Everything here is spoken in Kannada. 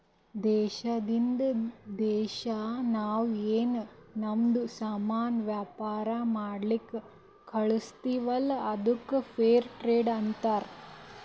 ದೇಶದಿಂದ್ ದೇಶಾ ನಾವ್ ಏನ್ ನಮ್ದು ಸಾಮಾನ್ ವ್ಯಾಪಾರ ಮಾಡ್ಲಕ್ ಕಳುಸ್ತಿವಲ್ಲ ಅದ್ದುಕ್ ಫೇರ್ ಟ್ರೇಡ್ ಅಂತಾರ